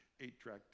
Eight-track